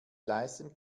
leisten